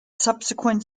subsequent